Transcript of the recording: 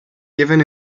given